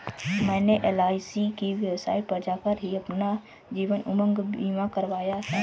मैंने एल.आई.सी की वेबसाइट पर जाकर ही अपना जीवन उमंग बीमा करवाया है